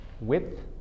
width